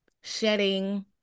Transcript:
shedding